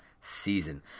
season